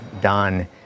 done